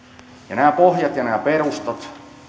nämä pohjat ja nämä perustat